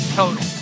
total